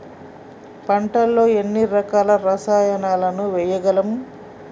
పంటలలో ఎన్ని రకాల రసాయనాలను వేయగలము?